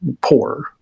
poor